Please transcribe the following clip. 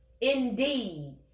indeed